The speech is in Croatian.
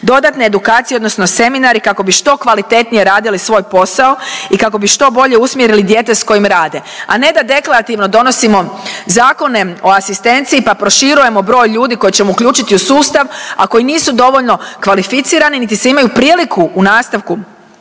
dodatne edukacije odnosno seminari kako bi što kvalitetnije radili svoj posao i kako bi što bolje usmjerili dijete s kojim rade, a ne da deklarativno donosimo zakone o asistenciji pa proširujemo broj ljudi koje ćemo uključiti u sustav, a koji nisu dovoljno kvalificirani niti se imaju priliku u nastavku